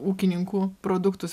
ūkininkų produktus